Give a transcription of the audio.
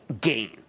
gain